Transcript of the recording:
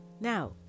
Now